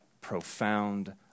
profound